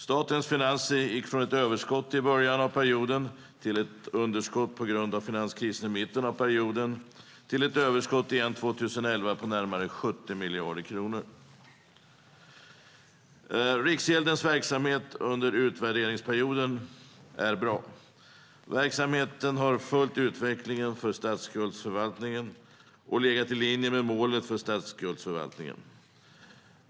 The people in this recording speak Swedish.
Statens finanser gick från ett överskott i början av perioden till ett underskott på grund av finanskrisen i mitten av perioden, och sedan blev det ett överskott igen 2011 på närmare 70 miljarder kronor. Riksgäldens verksamhet under utvärderingsperioden har varit bra. Verksamheten har följt utvecklingen för statsskuldsförvaltningen och legat i linje med målet för statsskuldsförvaltningen.